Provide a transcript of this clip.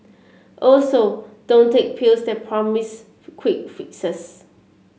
also don't take pills that promise quick fixes